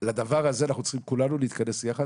לדבר הזה אנחנו צריכים כולנו להתכנס יחד